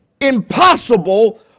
impossible